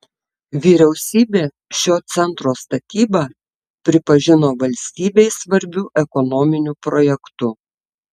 vyriausybė šio centro statybą pripažino valstybei svarbiu ekonominiu projektu